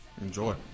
Enjoy